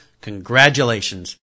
congratulations